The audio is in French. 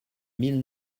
mille